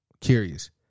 Curious